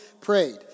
prayed